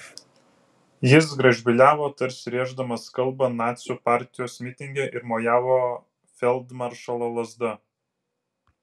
jis gražbyliavo tarsi rėždamas kalbą nacių partijos mitinge ir mojavo feldmaršalo lazda